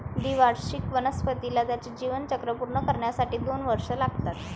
द्विवार्षिक वनस्पतीला त्याचे जीवनचक्र पूर्ण करण्यासाठी दोन वर्षे लागतात